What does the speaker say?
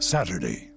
Saturday